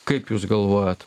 kaip jūs galvojat